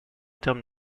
termes